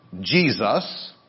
Jesus